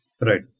right